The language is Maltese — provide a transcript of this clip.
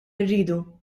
irridu